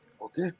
Okay